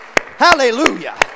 Hallelujah